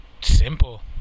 simple